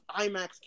IMAX